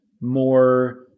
more